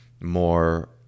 more